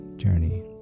journey